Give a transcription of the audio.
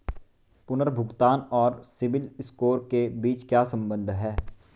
पुनर्भुगतान और CIBIL score के बीच क्या संबंध है?